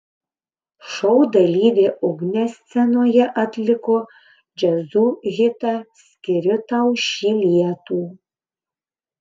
šou dalyvė ugnė scenoje atliko jazzu hitą skiriu tau šį lietų